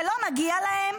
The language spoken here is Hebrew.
זה לא מגיע להן,